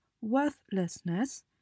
worthlessness